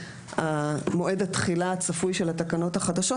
המועד התחילה הצפוי של התקנות החדשות,